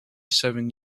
seven